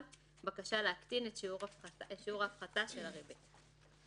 בקשה להקטין את שיעור ההפחתה של הריבית.